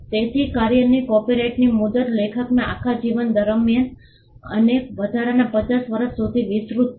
તેથી કાર્યની કોપિરાઇટની મુદત લેખકના આખા જીવન દરમિયાન અને વધારાના 50 વર્ષ સુધી વિસ્તૃત છે